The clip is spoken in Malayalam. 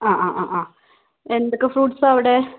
അ അ അ എന്തൊക്കെ ഫ്രൂട്ട്സാണ് അവിടെ